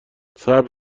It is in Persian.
صبر